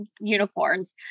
unicorns